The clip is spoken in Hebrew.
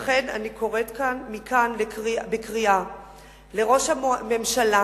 לכן, אני פונה מכאן בקריאה לראש הממשלה,